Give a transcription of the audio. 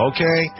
Okay